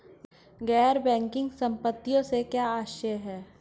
गैर बैंकिंग संपत्तियों से क्या आशय है?